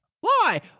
Why